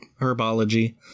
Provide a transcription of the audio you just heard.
herbology